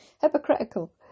Hypocritical